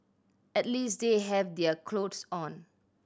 at least they have their cloth on